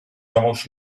almost